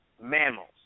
mammals